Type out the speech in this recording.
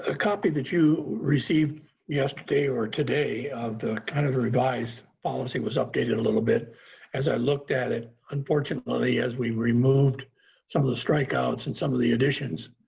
ah copy that you received yesterday or today of the kind of revised policy was updated a little bit as i looked at it. unfortunately, as we removed some of the strike-outs and some of the additions,